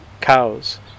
cows